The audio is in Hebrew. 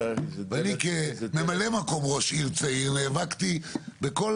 אני כממלא מקום ראש עיר צעיר נאבקתי בכל